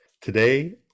Today